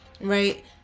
right